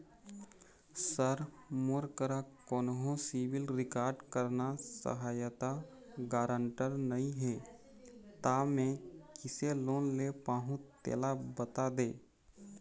sir मोर करा कोन्हो सिविल रिकॉर्ड करना सहायता गारंटर नई हे ता मे किसे लोन ले पाहुं तेला बता दे